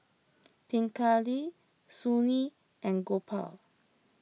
Pingali Sunil and Gopal